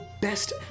best